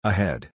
Ahead